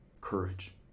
courage